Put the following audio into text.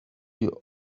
you